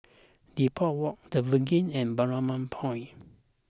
Depot Walk the Verge and Balmoral Point